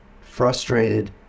frustrated